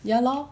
ya lor